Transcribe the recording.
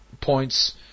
points